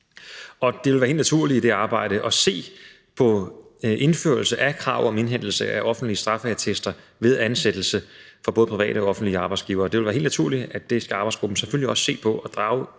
Det ville være helt naturligt i det arbejde at se på indførelse af krav om indhentelse af offentlige straffeattester ved ansættelse for både private og offentlige arbejdsgivere. Det vil være helt naturligt, at arbejdsgruppen også skal se på det